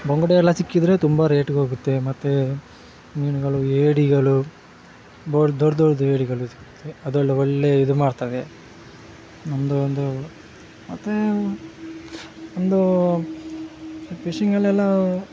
ಬಂಗುಡೆಯೆಲ್ಲ ಸಿಕ್ಕಿದರೆ ತುಂಬ ರೇಟ್ಗೆ ಹೋಗುತ್ತೆ ಮತ್ತು ಮೀನುಗಳು ಏಡಿಗಳು ಬೋಡ್ ದೊಡ್ಡ ದೊಡ್ದು ಏಡಿಗಳು ಸಿಗ್ತವೆ ಅದೊಳ್ಳೆ ಒಳ್ಳೆ ಇದು ಮಾಡ್ತದೆ ನಮ್ಮದು ಒಂದು ಮತ್ತೆ ಒಂದು ಫಿಶಿಂಗಲ್ಲೆಲ್ಲ